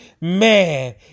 man